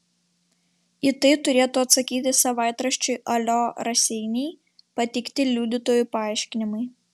į tai turėtų atsakyti savaitraščiui alio raseiniai pateikti liudytojų paaiškinimai